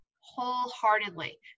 wholeheartedly